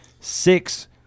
six